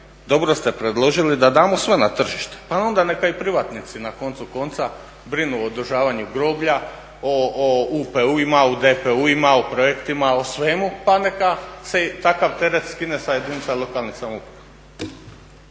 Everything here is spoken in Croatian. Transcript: dobro ste predložili da damo sve na tržište pa onda neka i privatnici na koncu konca brinu o održavanju groblja, o …, u DPU-ima u projektima o svemu pa neka se i takav teret skine sa jedinice lokalne samouprave.